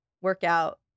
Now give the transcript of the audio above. workout